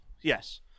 yes